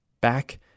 Back